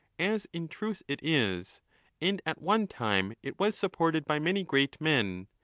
as in truth it is and at one time it was supported by many great men,